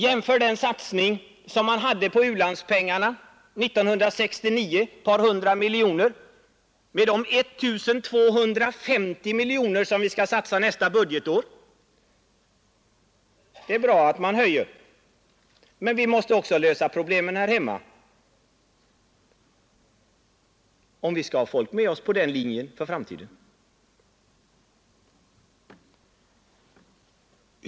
Jämför den satsning man gjorde på u-landshjälpen 1969 — ett par hundra miljoner — med de 1 250 miljoner som vi skall satsa nästa budgetår. Det är bra att man höjer det anslaget, men vi måste också lösa problemen här hemma, om vi skall få folk med oss på den linjen även i framtiden.